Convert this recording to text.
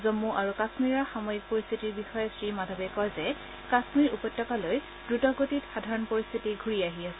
জম্ম আৰু কাশ্মীৰৰ সাময়িক পৰিস্থিতিৰ বিষয়ে শ্ৰীমাধৱে কয় যে কাশ্মীৰ উপত্যকা দ্ৰুত গতিত সাধাৰণ পৰিস্থিতি ঘূৰি আহি আছে